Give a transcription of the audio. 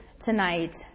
tonight